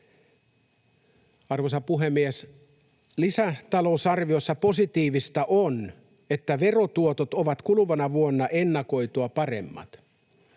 Arvoisa puhemies! Lisätalousarviossa positiivista on, että verotuotot ovat kuluvana vuonna ennakoitua paremmat.